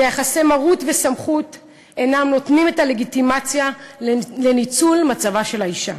ויחסי מרות וסמכות אינם נותנים את הלגיטימציה לניצול מצבה של האישה.